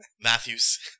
Matthews